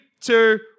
two